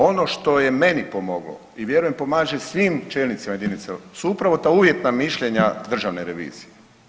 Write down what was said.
Ono što je meni pomoglo i vjerujem pomaže svim čelnicima jedinice lokalne su upravo ta uvjetna mišljenja Državne revizije.